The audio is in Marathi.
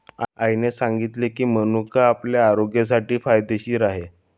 आईने सांगितले की, मनुका आपल्या आरोग्यासाठी फायदेशीर आहे